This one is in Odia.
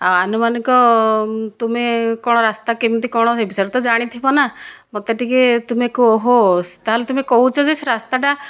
ଆଉ ଆନୁମାନିକ ତୁମେ କ'ଣ ରାସ୍ତା କେମିତି କ'ଣ ଏଗଜାକ୍ଟ ତ ଜାଣିଥିବ ନା ମୋତେ ଟିକେ ତୁମେ କୁ ଓହ ତା'ହେଲେ ତୁମେ କହୁଛ ଯେ ସେ ରାସ୍ତାଟା